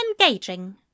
engaging